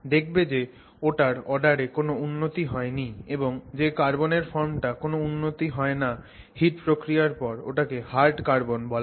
দেখবে যে ওটার অর্ডারে কোন উন্নতি হয় নি এবং যে কার্বনের ফর্মটার কোন উন্নতি হয় না হিট প্রক্রিয়ার পর ওটাকে হার্ড কার্বন বলা হয়